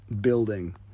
building